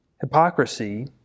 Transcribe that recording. Hypocrisy